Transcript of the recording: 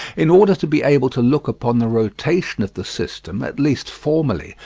in order to be able to look upon the rotation of the system, at least formally,